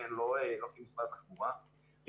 לא כמשרד התחבורה,